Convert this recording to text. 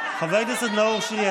חבר הכנסת נאור שירי,